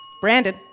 Brandon